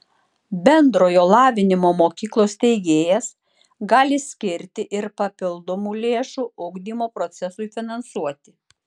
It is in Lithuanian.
bendrojo lavinimo mokyklos steigėjas gali skirti ir papildomų lėšų ugdymo procesui finansuoti